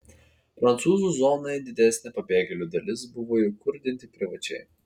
prancūzų zonoje didesnė pabėgėlių dalis buvo įkurdinti privačiai